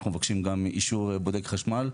אנחנו מבקשים גם אישור בודק חשמל.